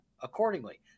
accordingly